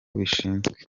bishinzwe